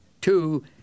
Two